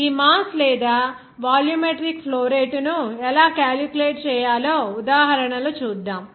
ఈ మాస్ లేదా volumetric flow rate ను ఎలా క్యాలిక్యులేట్ చేయాలో ఉదాహరణలు చూద్దాం